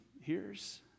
hears